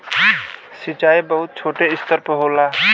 सिंचाई बहुत छोटे स्तर पे होला